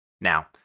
Now